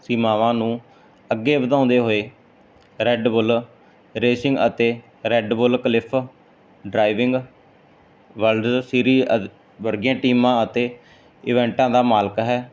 ਸੀਮਾਵਾਂ ਨੂੰ ਅੱਗੇ ਵਧਾਉਂਦੇ ਹੋਏ ਰੈਡ ਬੁੱਲ ਰੇਸ਼ਿੰਗ ਅਤੇ Red Bull cliff diving World Series ਵਰਗੀਆਂ ਟੀਮਾਂ ਅਤੇ ਇਵੈਂਟਾਂ ਦਾ ਮਾਲਕ ਹੈ